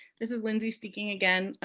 this is lindsay speaking again.